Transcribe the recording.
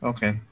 Okay